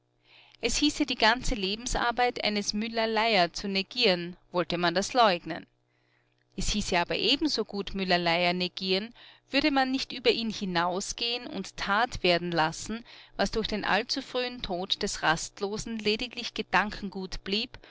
es hieße die ganze lebensarbeit eines müller-lyer zu negieren wollte man das leugnen es hieße aber ebensogut müller-lyer negieren würde man nicht über ihn hinausgehen und tat werden lassen was durch den allzufrühen tod des rastlosen lediglich gedankengut blieb